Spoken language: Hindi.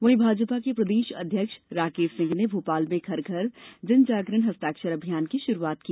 वहीं भाजपा के प्रदेश अध्यक्ष राकेश सिंह ने भोपाल में घर घर जन जागरण हस्ताक्षर अभियान की शुरूआत की